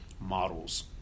models